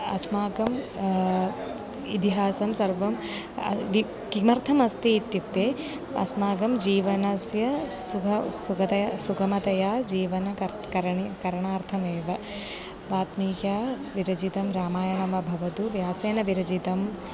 अस्माकम् इतिहासं सर्वम् विक् किमर्थम् अस्ति इत्युक्ते अस्माकं जीवनस्य सुखं सुखतया सुगमतया जीवनं कर्त् करणीयं करणार्थमेव वाल्मीकिना विरचितं रामायणं वा भवति व्यासेन विरचितम्